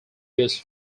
used